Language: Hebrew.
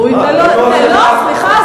לא, סליחה.